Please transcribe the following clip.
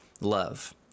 love